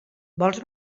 vols